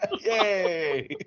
Yay